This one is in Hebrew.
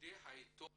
לעובדי העיתון